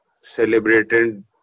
celebrated